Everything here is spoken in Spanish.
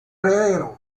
heredero